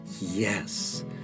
Yes